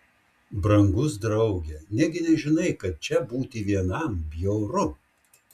brangus drauge negi nežinai kad čia būti vienam bjauru